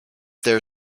their